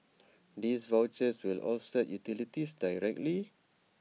these vouchers will offset utilities directly